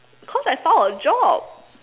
because I found a job